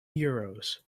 euros